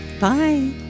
Bye